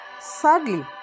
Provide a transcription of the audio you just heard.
Sadly